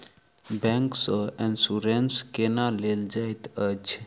bank सँ insurance केना लेल जाइत अछि